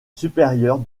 supérieure